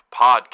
Podcast